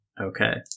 Okay